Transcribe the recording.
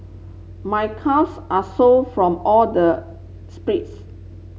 my calves are so from all the